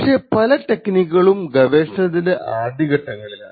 പക്ഷേ പല ടെക്നിക്കുകളും ഗവേഷണത്തിൻറെ ആദ്യ ഘട്ടങ്ങളിലാണ്